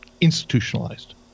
institutionalized